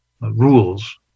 rules